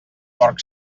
porc